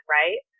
right